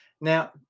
Now